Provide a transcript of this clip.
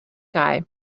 guy